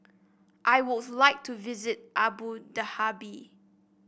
I would like to visit Abu Dhabi